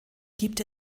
gibt